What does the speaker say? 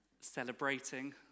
Celebrating